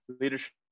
leadership